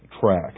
track